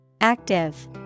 Active